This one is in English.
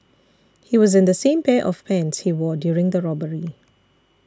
he was in the same pair of pants he wore during the robbery